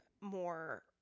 more